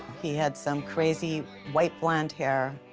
he had some crazy white-blond hair,